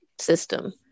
system